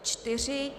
4.